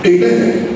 Amen